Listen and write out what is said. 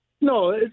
No